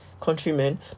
countrymen